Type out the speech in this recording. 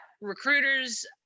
recruiters